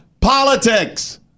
politics